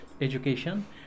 education